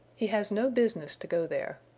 he has no business to go there.